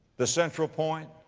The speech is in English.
the central point,